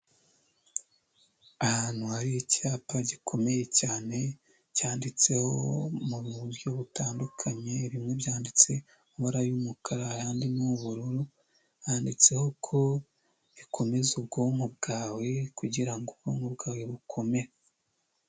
Ahantu hari icyapa gikomeye cyane, cyanditseho mu buryo butandukanye, bimwe byanditse mu mabara y'umukara ahandi ni ubururu, handitseho ko bikomeza ubwonko bwawe kugira ngo ubwonko bwawe bukomere.